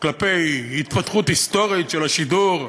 כלפי התפתחות היסטורית של השידור,